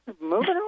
moving